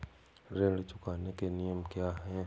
ऋण चुकाने के नियम क्या हैं?